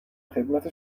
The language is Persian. خدمت